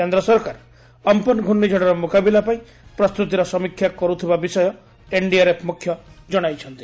କେନ୍ଦ୍ର ସରକାର ଅମ୍ଫନ ଘୂର୍ଣ୍ଣିଝଡ଼ର ମୁକାବିଲା ପାଇଁ ପ୍ରସ୍ତୁତିର ସମୀକ୍ଷା କର୍ଥିବା ବିଷୟ ଏନ୍ଡିଆର୍ଏଫ୍ ମୁଖ୍ୟ ଜଣାଇଛନ୍ତି